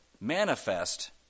manifest